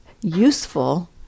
useful